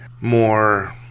more